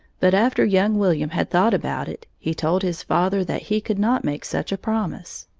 but after young william had thought about it, he told his father that he could not make such a promise.